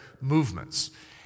movements